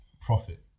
profit